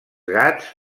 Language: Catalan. gats